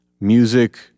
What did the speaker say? music